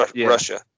Russia